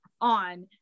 on